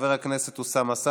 חבר הכנסת אוסאמה סעדי,